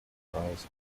charles